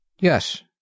Yes